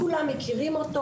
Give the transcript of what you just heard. כולם מכירים אותו,